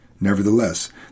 Nevertheless